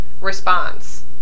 response